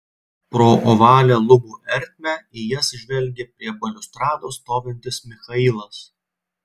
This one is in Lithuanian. pro ovalią lubų ertmę į jas žvelgė prie baliustrados stovintis michailas